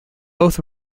both